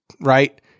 right